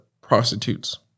prostitutes